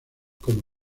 como